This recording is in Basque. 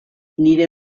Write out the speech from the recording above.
nire